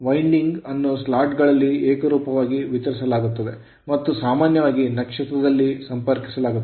winding ಅನ್ನು slot ಗಳಲ್ಲಿ ಏಕರೂಪವಾಗಿ ವಿತರಿಸಲಾಗುತ್ತದೆ ಮತ್ತು ಸಾಮಾನ್ಯವಾಗಿ ನಕ್ಷತ್ರದಲ್ಲಿ ಸಂಪರ್ಕಿಸಲಾಗುತ್ತದೆ